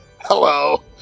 Hello